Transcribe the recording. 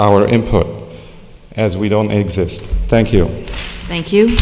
power input as we don't exist thank you thank you